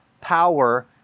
power